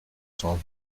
cent